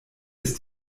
ist